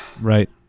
right